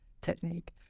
technique